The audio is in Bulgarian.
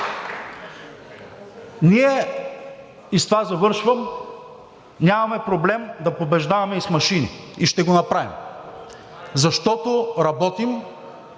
Ние, и с това завършвам, нямаме проблем да побеждаваме и с машини и ще го направим, защото работим,